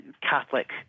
Catholic